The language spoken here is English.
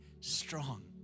strong